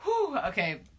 Okay